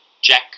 Jack